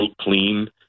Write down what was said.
clean